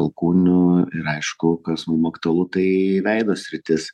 alkūnių ir aišku kas mum aktualu tai veido sritis